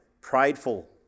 prideful